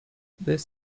this